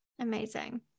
Amazing